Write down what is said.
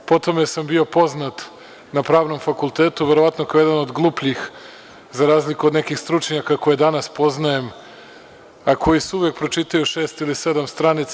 Po tome sam bio poznat na Pravnom fakultetu, verovatno kao jedan od glupljih za razliku od nekih stručnjaka koje danas poznajem, a koji uvek pročitaju šest ili sedam stranica.